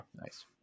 Nice